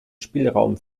spielraum